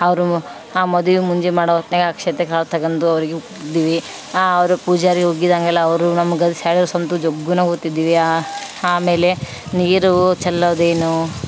ಅವ್ರು ಆ ಮದುವೆ ಮುಂಜಿ ಮಾಡೋ ಹೊತ್ತಿನ್ಯಾಗ ಅಕ್ಷತೆ ಕಾಳು ತಗಂಡು ಅವರಿಗೆ ಉಗ್ತಿದ್ವಿ ಅವರು ಪೂಜಾರಿಯು ಉಗ್ಗಿದಾಂಗೆಲ್ಲ ಅವರು ನಮ್ಗೆ ಆಮೇಲೆ ನೀರು ಚಲ್ಲೊದೇನು